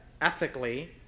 ethically